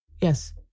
yes